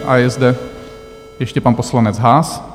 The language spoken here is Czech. A je zde ještě pan poslanec Haas.